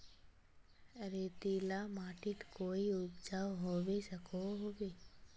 रेतीला माटित कोई उपजाऊ होबे सकोहो होबे?